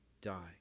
die